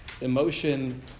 emotion